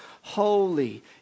Holy